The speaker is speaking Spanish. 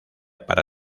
para